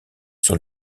sur